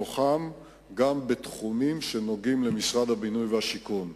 ובהם גם בתחומים שנוגעים למשרד השיכון,